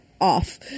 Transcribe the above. Off